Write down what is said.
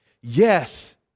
Yes